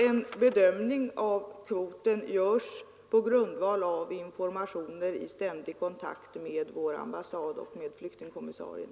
En bedömning av kvoten görs på grundval av informationer i ständig kontakt med vår ambassad och med flyktingkommissarien.